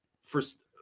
first